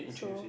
so